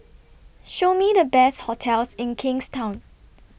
Show Me The Best hotels in Kingstown